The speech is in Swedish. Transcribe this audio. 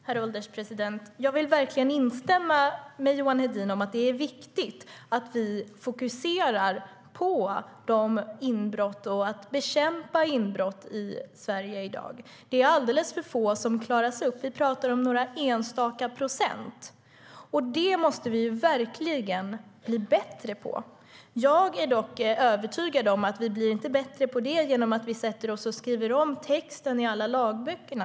Herr ålderspresident! Jag vill verkligen instämma i det som Johan Hedin säger om att det är viktigt att vi fokuserar på att bekämpa inbrott i Sverige i dag. Det är alldeles för få som klaras upp. Vi talar om några enstaka procent. Det måste vi verkligen bli bättre på. Jag är dock övertygad om att vi inte blir bättre på det genom att vi sätter oss och skriver om texten i alla lagböcker.